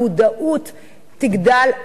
המודעות תגדל,